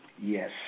Yes